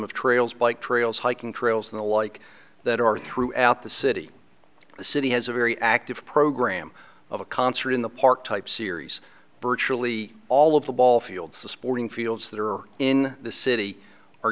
of trails bike trails hiking trails and the like that are throughout the city the city has a very active program of a concert in the park type series virtually all of the ball fields the sporting fields that are in the city